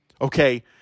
okay